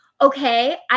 okay